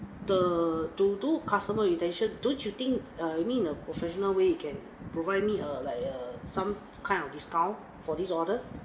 the to do customer retention don't you think err I mean in a professional way you can provide me err like err some kind of discount for this order